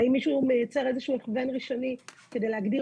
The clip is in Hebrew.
והאם מישהו מייצר איזה שהוא הכוון ראשוני כדי להגדיר